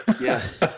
yes